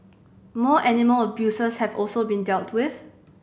more animal abusers have also been dealt with